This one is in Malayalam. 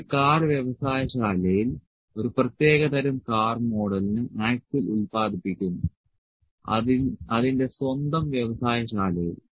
ഒരു കാർ വ്യവസായശാലയിൽ ഒരു പ്രത്യേക തരം കാർ മോഡലിന് ആക്സിൽ ഉത്പാദിപ്പിക്കുന്നു അതിന്റെ സ്വന്തം വ്യവസായശാലയിൽ